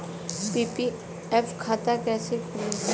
PPF खाता कैसे खुली?